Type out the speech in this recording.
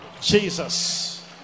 Jesus